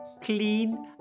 clean